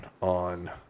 on